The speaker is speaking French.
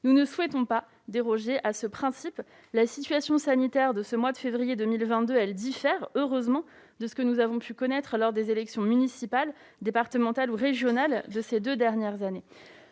Nous ne souhaitons pas déroger à ce principe. La situation sanitaire de ce mois de février 2022 diffère- et c'est heureux -de ce que nous avons pu connaître lors des élections municipales, communautaires, départementales et régionales de ces deux dernières années.